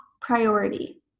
priority